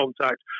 contact